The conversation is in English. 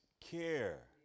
care